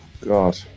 God